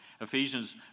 Ephesians